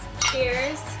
Cheers